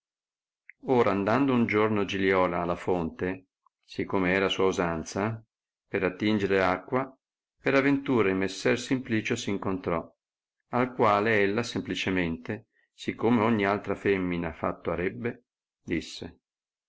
or andando un giorno giliola alla fonte si come era sua usanza per attingere acqua per aventura in messer simplicio s incontrò al quale ella semplicemente sì come ogni altra femina fatto arrebbe disse